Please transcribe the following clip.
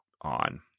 on